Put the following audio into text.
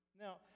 Now